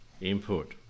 input